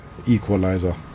equaliser